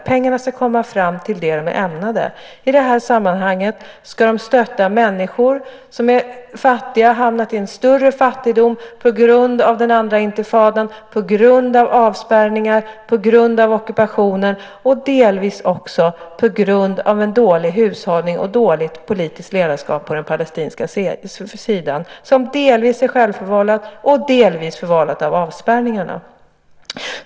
Pengarna ska komma fram till det de är ämnade för. I det här sammanhanget ska de stötta människor som är fattiga och har hamnat i en större fattigdom på grund av den andra intifadan, på grund av avspärrningar, på grund av ockupationen och delvis också på grund av en dålig hushållning och dåligt politiskt ledarskap på den palestinska sidan. Det är delvis självförvållat, delvis förvållat av avspärrningarna.